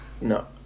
no